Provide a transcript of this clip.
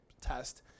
test